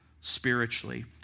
spiritually